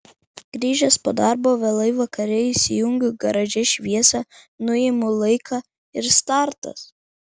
grįžęs po darbo vėlai vakare įsijungiu garaže šviesą nuimu laiką ir startas